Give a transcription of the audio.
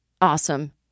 Awesome